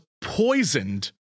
poisoned